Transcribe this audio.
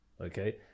Okay